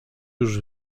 już